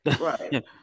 Right